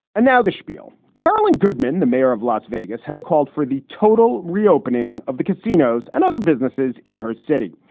and now the shpiel carolyn goodman, the mayor of las vegas, has called for the total reopening of the casinos and other businesses in her city.